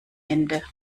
ende